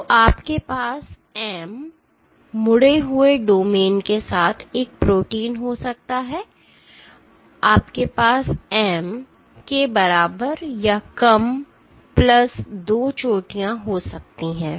तो आपके पास 'M मुड़े हुए डोमेन के साथ एक प्रोटीन हो सकता है आपके पास M के बराबर या कम प्लस 2 चोटियों हो सकती है